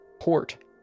port